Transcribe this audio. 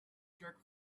jerk